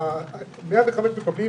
105 מקבלים